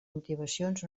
motivacions